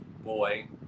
Boy